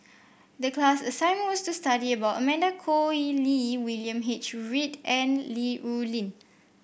the class assignment was to study about Amanda Koe Lee William H Read and Li Rulin